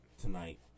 tonight